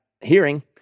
hearing